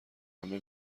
همه